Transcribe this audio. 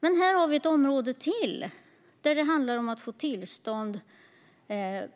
Här har vi ännu ett område där det handlar om att få tillstånd och där